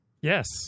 Yes